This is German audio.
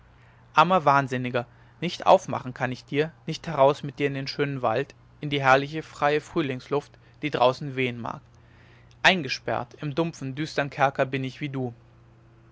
armer wahnsinniger nicht aufmachen kann ich dir nicht heraus mit dir in den schönen wald in die herrliche freie frühlingsluft die draußen wehen mag eingesperrt im dumpfen düstern kerker bin ich wie du